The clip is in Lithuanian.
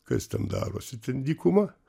kas ten darosi ten dykuma